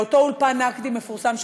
באותו אולפן נקדי מפורסם,